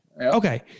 Okay